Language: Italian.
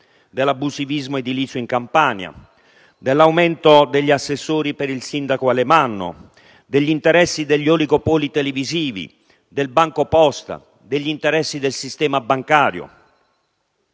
dell'abusivismo edilizio in Campania, dell'aumento degli assessori per il sindaco Alemanno, degli interessi degli oligopoli televisivi, del BancoPosta, degli interessi del sistema bancario.